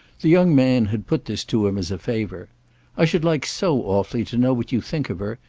the young man had put this to him as a favour i should like so awfully to know what you think of her.